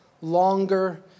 longer